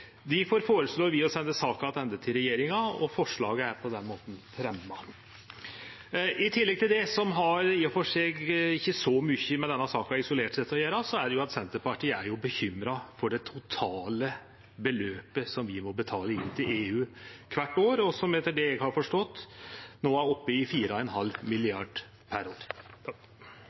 Difor føreslår vi å sende saka attende til regjeringa, og forslaget er på denne måten fremja. I tillegg – noko som i og for seg isolert sett ikkje har så mykje med denne saka å gjere: Senterpartiet er bekymra for den totale summen som vi må betale inn til EU kvart år, og som etter det eg har forstått, no er oppe i 4,5 mrd. kr per år.